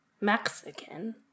Mexican